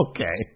Okay